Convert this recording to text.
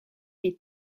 les